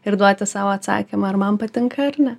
ir duoti sau atsakymą ar man patinka ar ne